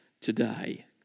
today